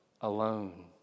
alone